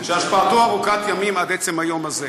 שהשפעתו ארוכת ימים עד עצם היום הזה.